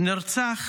נרצח